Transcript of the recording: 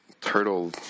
turtle